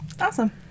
Awesome